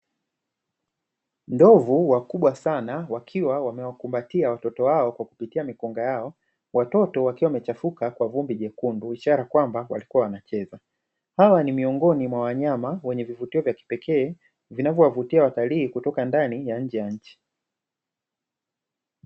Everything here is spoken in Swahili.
Ndovu wakubwa sana wakiwa wamewakumbatia watoto wao kwa kupitia mikonga yao watoto, wakiwa wamechafuka kwa vumbi jekundu ishara kwamba walikuwa wanacheza; hawa ni miongoni mwa wanyama wenye vivutio vya kipekee vinavyowavutia watalii kutoka ndani ya nje ya nchi.